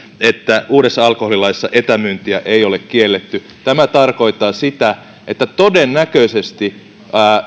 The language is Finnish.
että uudessa alkoholilaissa etämyyntiä ei ole kielletty tämä tarkoittaa sitä että todennäköisesti